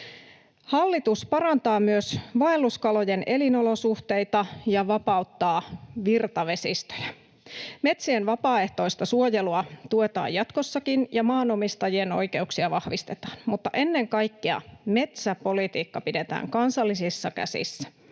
Hallitus parantaa myös vaelluskalojen elinolosuhteita ja vapauttaa virtavesistöjä. Metsien vapaaehtoista suojelua tuetaan jatkossakin ja maanomistajien oikeuksia vahvistetaan, mutta ennen kaikkea metsäpolitiikka pidetään kansallisissa käsissä